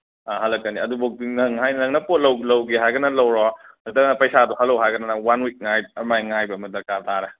ꯑꯥ ꯍꯜꯂꯛꯀꯅꯤ ꯑꯗꯨ ꯐꯥꯎꯗꯤ ꯅꯪ ꯅꯪꯅ ꯄꯣꯠ ꯂꯧ ꯂꯧꯒꯦ ꯍꯥꯏꯔꯒꯅ ꯂꯧꯔꯣ ꯅꯠꯇ꯭ꯔꯒꯅ ꯄꯩꯁꯥꯗꯣ ꯍꯟꯂꯛꯑꯣ ꯍꯥꯏꯔꯒꯅ ꯅꯪ ꯋꯥꯟ ꯋꯤꯛ ꯉꯥꯏ ꯑꯗꯨꯃꯥꯏꯅ ꯉꯥꯏ ꯑꯃ ꯗꯔꯀꯥꯔ ꯇꯥꯔꯦ